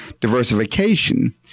diversification